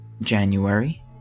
january